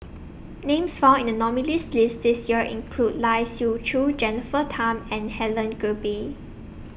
Names found in The nominees' list This Year include Lai Siu Chiu Jennifer Tham and Helen Gilbey